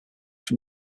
from